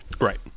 right